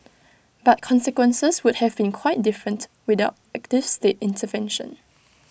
but consequences would have been quite different without active state intervention